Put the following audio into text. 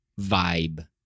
vibe